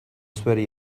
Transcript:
sweaty